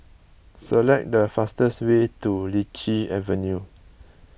select the fastest way to Lichi Avenue